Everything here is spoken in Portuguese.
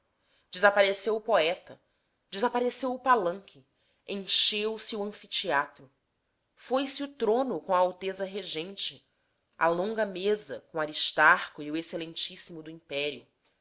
desapareceu o poeta desapareceu o palanque encheu-se o anfiteatro foi-se o trono com a alteza regente a longa mesa com aristarco e o exmo do império